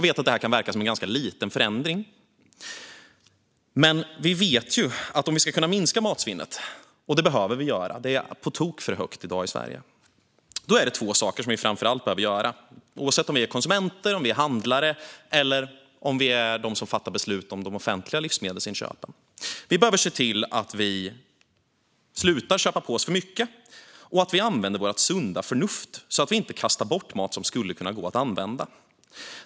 Det kan verka som en ganska liten förändring, men om vi ska kunna minska matsvinnet - och det behöver vi göra, för det är på tok för högt i dag i Sverige - vet vi att det framför allt är två saker som vi behöver göra, oavsett om vi är konsumenter, handlare eller fattar beslut om de offentliga livsmedelsinköpen: Vi behöver se till att vi slutar köpa på oss för mycket, och vi måste använda vårt sunda förnuft så att vi inte kastar bort mat som skulle kunna användas.